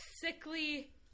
sickly